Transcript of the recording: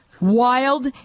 wild